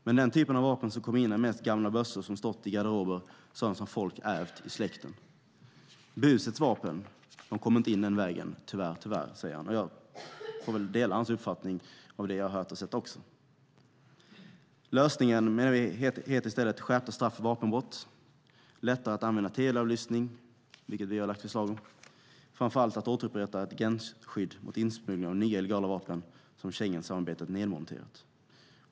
Men den typen av vapen som kommer in är mest gamla bössor som stått i garderober, sådant som folk ärvt i släkten. Busets vapen, de kommer inte in den vägen tyvärr. Jag delar hans uppfattning genom det jag har hört och sett. Lösningen heter i stället att skärpa straffen för vapenbrott, att göra det lättare att använda teleavlyssning, vilket vi har lagt fram förslag om, och framför allt att återupprätta det gränsskydd mot insmuggling av nya illegala vapen som Schengensamarbetet har nedmonterat.